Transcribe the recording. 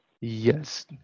Yes